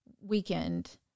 weekend